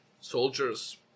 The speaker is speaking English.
Soldiers